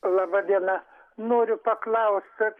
laba diena noriu paklaust kad